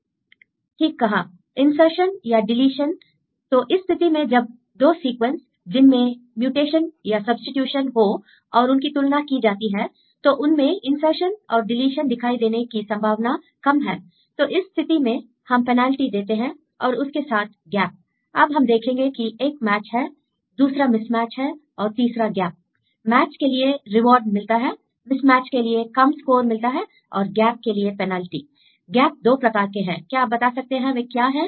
student insertion या deletion ठीक कहाI इनसर्शन या डीलीशन I तो इस स्थिति में जब दो सीक्वेंस जिनमें म्यूटेशन या सब्सीट्यूशन हो और उनकी तुलना की जाती है तो उनमें इनसर्शन और डीलीशन दिखाई देने की संभावना कम है तो इस स्थिति में हम पेनाल्टी देते हैं और उसके साथ गैप I अब हम देखते हैं कि एक मैच है दूसरा मिस मैच है और तीसरा गैपI मैच के लिए रिवॉर्ड मिलता है मिसमैच के लिए कम स्कोर मिलता है और गैप के लिए पेनल्टीI गैप दो प्रकार के हैं क्या आप बता सकते हैं वे क्या हैं